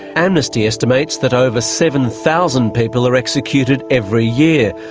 amnesty estimates that over seven thousand people are executed every year.